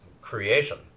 creation